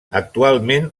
actualment